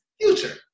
Future